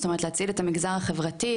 זאת אומרת להציל את המגזר החברתי,